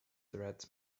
threats